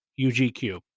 UGQ